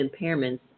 impairments